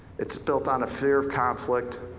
it's built on a fear of conflict,